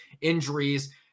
injuries